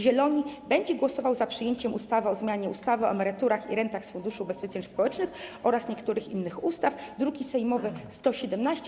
Zieloni będzie głosował za przyjęciem ustawy o zmianie ustawy o emeryturach i rentach z Funduszu Ubezpieczeń Społecznych oraz niektórych innych ustaw, druki sejmowe nr 117,